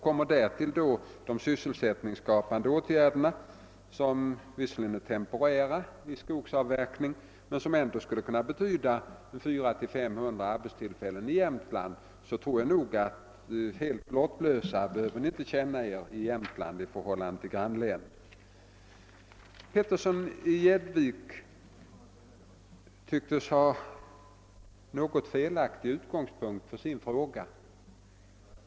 Kommer därtill de sysselsättningsskapande åtgärderna i fråga om skogsavverkningen, vilka visserligen är temporära men som ändå skulle kunna betyda 400 å 500 arbetstillfällen i Jämtland, så tror jag att ni i Jämtland inte behöver känna er helt lottlösa i förhållande till människorna i grannlänen. Herr Petersson i Gäddvik tycktes ha en något felaktig utgångspunkt för sin fråga.